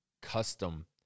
custom